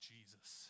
Jesus